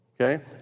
okay